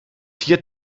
vier